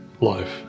life